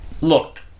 Look